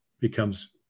becomes